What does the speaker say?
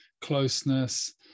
closeness